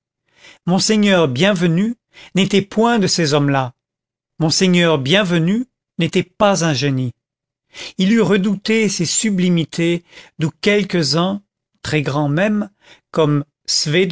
monseigneur bienvenu n'était point de ces hommes-là monseigneur bienvenu n'était pas un génie il eût redouté ces sublimités d'où quelques-uns très grands même comme